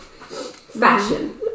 Fashion